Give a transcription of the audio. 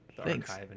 Thanks